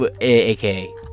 AKA